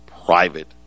private